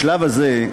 בשלב הזה,